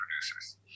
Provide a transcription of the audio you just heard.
producers